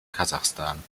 kasachstan